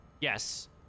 yes